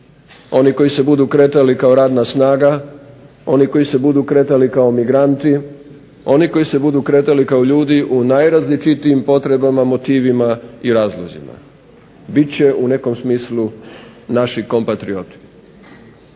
Oni koji se budu kretali kao radna snaga, oni koji se budu kretali kao migranti, oni koji se budu kretali kao ljudi u najrazličitijim potrebama, motivima i razlozima. Bit će u nekom smislu naši kompatrioti.